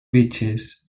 beaches